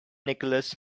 nicholas